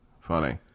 funny